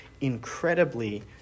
incredibly